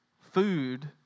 food